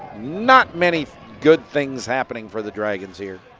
not many good things happening for the dragons here.